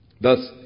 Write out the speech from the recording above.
Thus